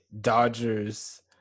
Dodgers